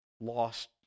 lost